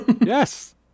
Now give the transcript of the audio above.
Yes